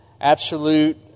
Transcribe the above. absolute